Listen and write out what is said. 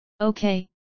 Okay